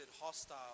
hostile